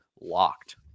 LOCKED